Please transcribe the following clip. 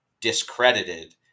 discredited